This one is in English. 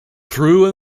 through